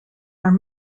are